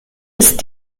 ist